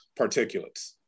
particulates